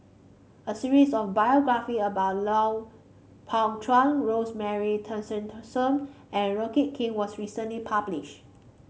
a series of biography about Pao Chuen Rosemary and rocket Kee was recently published